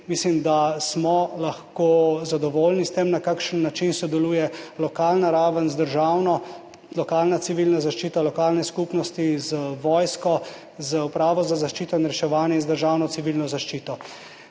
mislim, da smo lahko zadovoljni s tem, na kakšen način sodeluje lokalna raven z državno, lokalna civilna zaščita, lokalne skupnosti z vojsko, z Upravo za zaščito in reševanje in z državno Civilno zaščito.